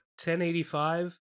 1085